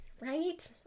Right